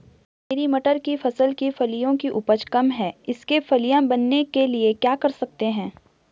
मेरी मटर की फसल की फलियों की उपज कम है इसके फलियां बनने के लिए क्या कर सकते हैं?